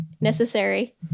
necessary